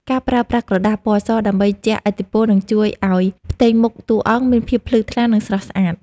ការប្រើប្រាស់ក្រដាសពណ៌សដើម្បីជះពន្លឺនឹងជួយឱ្យផ្ទៃមុខតួអង្គមានភាពភ្លឺថ្លា និង ស្រស់ស្អាត។